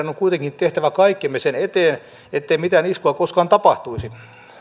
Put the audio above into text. kuitenkin tehtävä kaikkemme sen eteen ettei mitään iskua koskaan tapahtuisi